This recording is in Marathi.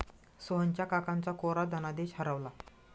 सोहनच्या काकांचा कोरा धनादेश हरवला